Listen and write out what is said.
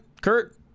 Kurt